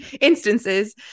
instances